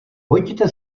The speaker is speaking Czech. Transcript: pojďte